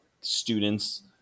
students